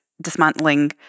dismantling